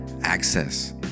access